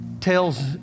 Tells